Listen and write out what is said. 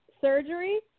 surgery